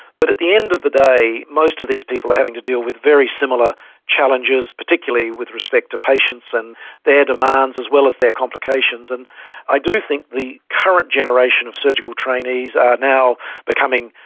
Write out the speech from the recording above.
but at the end of the day, most of these people are having to deal with very similar challenges, particularly with respect to patients and their demands as well as their complications. and i do think the current generation of surgical trainees are now becoming,